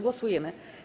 Głosujemy.